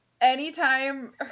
anytime